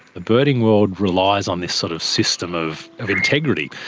the birding world relies on this sort of system of of integrity,